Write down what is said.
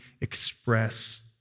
express